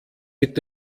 mit